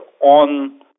on